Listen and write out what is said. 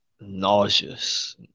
nauseous